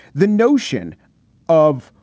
the notion of,